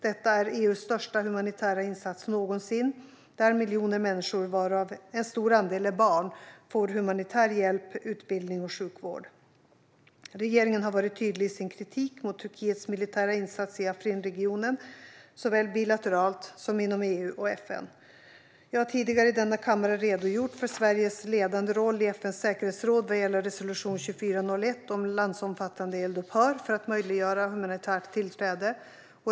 Detta är EU:s största humanitära insats någonsin, där miljoner människor, varav en stor andel är barn, får humanitär hjälp, utbildning och sjukvård. Regeringen har varit tydlig i sin kritik mot Turkiets militära insats i Afrinregionen såväl bilateralt som inom EU och FN. Jag har tidigare i denna kammare redogjort för Sveriges ledande roll i FN:s säkerhetsråd vad gäller resolution 2401 om landsomfattande eldupphör för att möjliggöra humanitärt tillträde.